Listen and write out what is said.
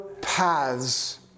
paths